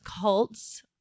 cults